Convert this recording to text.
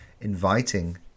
inviting